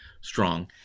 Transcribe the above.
strong